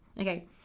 Okay